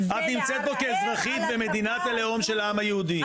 את נמצאת פה כאזרחית במדינת הלאום של העם היהודי,